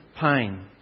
pain